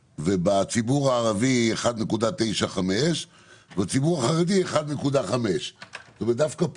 בציבור הערבי 1.95% ובציבור החרדי 1.5%. זאת אומרת שדווקא פה,